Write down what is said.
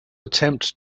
attempt